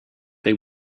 they